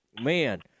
man